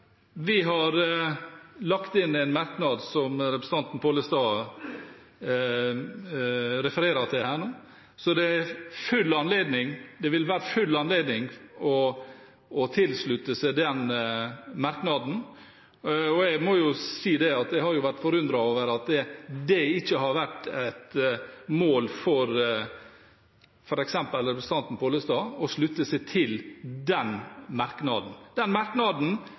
vi har lagt inn en merknad som representanten Pollestad refererer her nå, og det vil være full anledning til å slutte seg til den merknaden. Jeg må si at jeg har vært forundret over at det ikke har vært et mål for f.eks. representanten Pollestad å slutte seg til den merknaden. Den merknaden